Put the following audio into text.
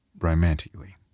romantically